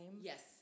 Yes